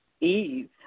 Eve